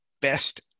best